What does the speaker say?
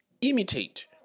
imitate